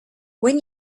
when